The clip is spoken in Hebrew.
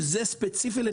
שזה ספציפי.